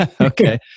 Okay